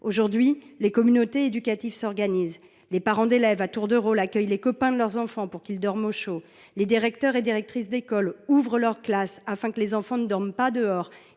Aujourd’hui, les communautés éducatives s’organisent. Les parents d’élèves, à tour de rôle, accueillent les copains de leurs enfants pour qu’ils dorment au chaud. Les directeurs et directrices d’école ouvrent leurs classes, afin que les enfants ne dorment pas dehors